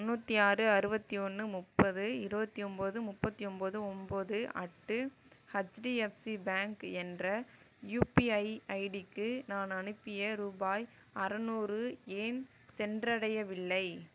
தொண்ணூற்றி ஆறு அறுபத்தி ஒன்று முப்பது இருபத்தி ஒம்போது முப்பத்தி ஒம்போது ஒம்போது அட் ஹெச்டிஎஃப்சி பேங்க் என்ற யுபிஐ ஐடிக்கு நான் அனுப்பிய ரூபாய் அறநூறு ஏன் சென்றடையவில்லை